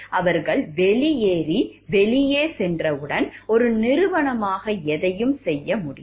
அவர்கள் வெளியேறி வெளியே சென்றவுடன் ஒரு நிறுவனமாக எதையும் செய்ய முடியும்